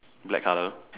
black colour